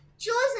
Chosen